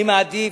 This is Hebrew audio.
החילוני.